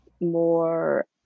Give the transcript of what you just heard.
more